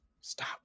Stop